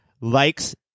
likes